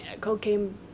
Cocaine